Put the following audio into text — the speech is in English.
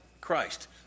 Christ